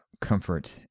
comfort